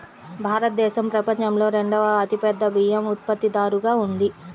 భారతదేశం ప్రపంచంలో రెండవ అతిపెద్ద బియ్యం ఉత్పత్తిదారుగా ఉంది